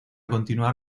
continuar